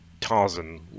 Tarzan